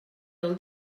del